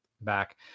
back